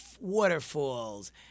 Waterfalls